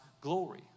glory